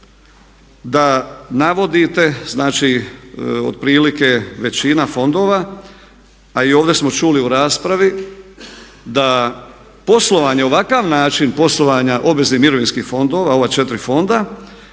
da navodite, znači otprilike većina fondova a i ovdje smo čuli u raspravi da poslovanje, na ovakav način poslovanja obveznih mirovinskih fondova, ova četiri fonda